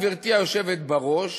גברתי היושבת בראש,